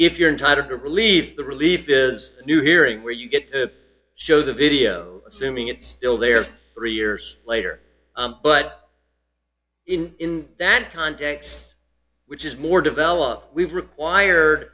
if you're intitled to relieve the relief that is a new hearing where you get to show the video assuming it's still there three years later but in that context which is more developed we've require